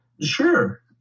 Sure